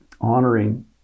honoring